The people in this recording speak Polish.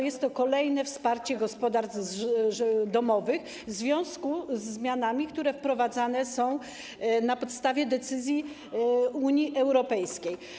Jest to kolejne wsparcie gospodarstw domowych w związku ze zmianami, które wprowadzane są w wyniku decyzji Unii Europejskiej.